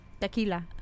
tequila